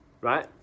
right